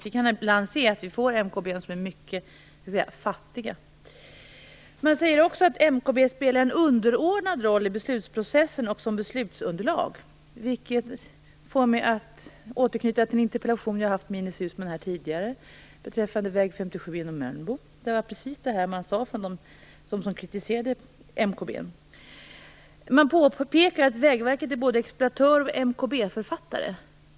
Vi kan ibland se att vi får MKB som är mycket fattiga. Man säger också att MKB spelar en underordnad roll i beslutsprocessen och som beslutsunderlag, vilket får mig att återknyta till en interpellationsdebatt som jag har haft med Ines Uusmann tidigare beträffande väg 57 genom Mölnbo. Det var precis det här som de som kritiserade MKB:n sade. Man påpekar att Vägverket är både exploatör och MKB-författare.